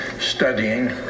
studying